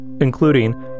including